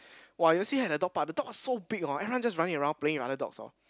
!wah! you'll see her at the dog park the dog ah so big oh everyone just running around playing with other dogs oh